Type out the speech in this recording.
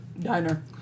diner